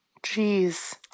Jeez